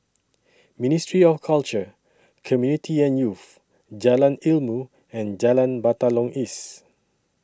Ministry of Culture Community and Youth Jalan Ilmu and Jalan Batalong East